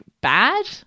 bad